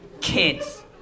Kids